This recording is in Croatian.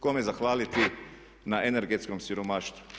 Kome zahvaliti na energetskom siromaštvu?